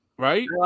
Right